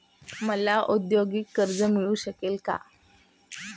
मला औद्योगिक कर्ज मिळू शकेल का?